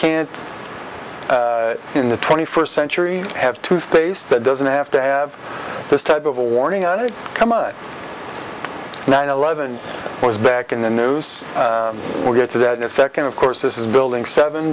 can't in the twenty first century have to space that doesn't have to have this type of a warning on it come on nine eleven was back in the news or get to that in a second of course this is building seven